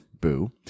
Boo